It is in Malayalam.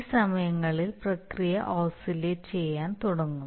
ഈ സമയങ്ങളിൽ പ്രക്രിയ ഓസിലേറ്റ് ചെയ്യാൻ തുടങ്ങും